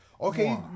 Okay